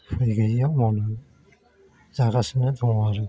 उफाइ गोयैआव मावनानै जागासिनो दङ आरो